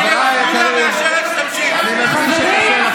חבר הכנסת גפני, ביקשת להתנגד.